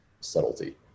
subtlety